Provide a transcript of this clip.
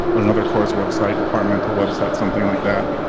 but another course website, departmental website something like that.